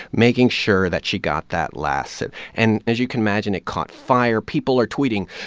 making sure that she got that last sip and as you can imagine, it caught fire. people are tweeting,